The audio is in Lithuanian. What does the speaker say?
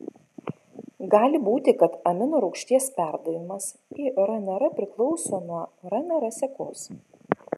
gali būti kad aminorūgšties perdavimas į rnr priklauso nuo rnr sekos